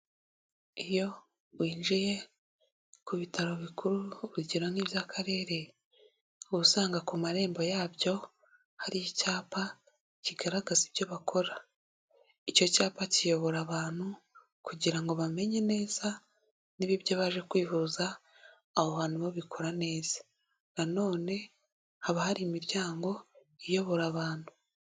Iyo winjiye ku bitaro bikuru urugero nk'iby'akarere, uba usanga ku marembo yabyo hari icyapa kigaragaza ibyo bakora. Icyo cyapa kiyobora abantu kugira ngo bamenye neza niba byo baje kwivuza aho hantu babikora neza. Nanone haba hari imiryango iyobora abantu.